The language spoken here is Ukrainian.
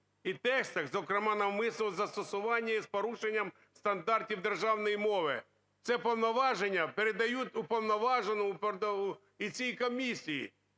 і текстах, зокрема навмисного застосування її з порушенням стандартів державної мови". Це повноваження передають уповноваженому і цій комісії.